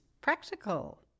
Practical